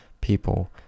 people